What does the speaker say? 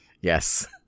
Yes